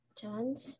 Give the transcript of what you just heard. chance